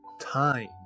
Time